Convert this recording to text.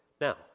Now